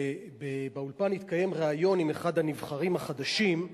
ובאולפן התקיים ריאיון עם אחד הנבחרים החדשים,